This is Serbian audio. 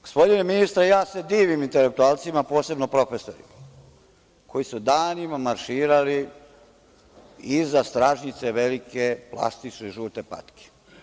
Gospodine ministre, ja se divim intelektualcima, posebno profesorima, koji su danima marširali iza stražnjice velike plastične žute patke.